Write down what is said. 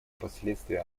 последствия